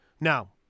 Now